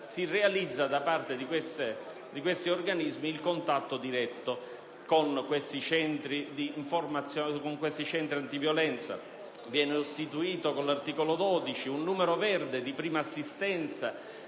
si realizza da parte di questi organismi il contatto diretto con questi centri antiviolenza istituiti. Con l'articolo 12 viene istituito un numero verde di prima assistenza,